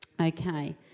Okay